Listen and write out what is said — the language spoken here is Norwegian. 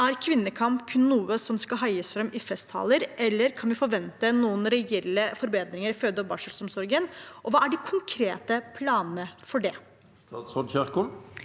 Er kvinnekamp kun noe som skal heies fram i festtaler, eller kan vi forvente noen reelle forbedringer i fødeog barselomsorgen, og hva er de konkrete planene for det?» Statsråd Ingvild